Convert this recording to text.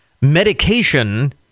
medication